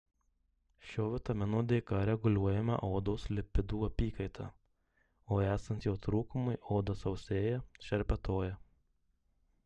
šio vitamino dėka reguliuojama odos lipidų apykaita o esant jo trūkumui oda sausėja šerpetoja